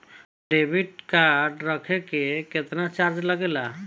Debit card रखे के केतना चार्ज लगेला?